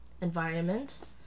environment